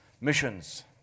Missions